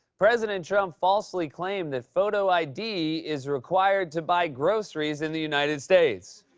president trump falsely claimed that photo id is required to buy groceries in the united states.